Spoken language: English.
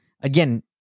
again